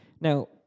Now